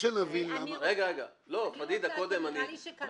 אני רוצה כי נראה לי שכאן מבלבלים אותנו.